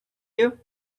you